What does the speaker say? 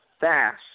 fast